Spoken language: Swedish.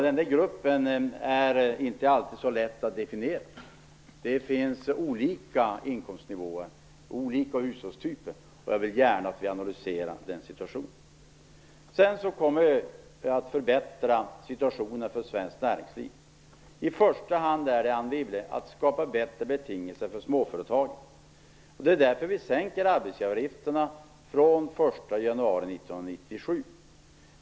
Den gruppen är inte alltid så lätt att definiera. Det finns olika inkomstnivåer och olika hushållstyper, och jag vill gärna att vi analyserar den situationen. Vi kommer att förbättra situationen för svenskt näringsliv. I första hand, Anne Wibble, skapar vi bättre betingelser för småföretagen. Det är därför vi sänker arbetsgivaravgifterna från den 1 januari 1997.